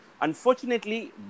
Unfortunately